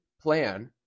plan